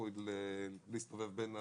שיתחיל להסתובב בין הבאים,